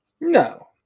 No